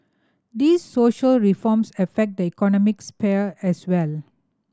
these social reforms affect the economic sphere as well